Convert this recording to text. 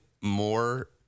more